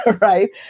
right